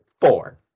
four